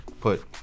put